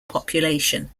population